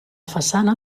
façana